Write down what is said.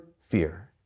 fear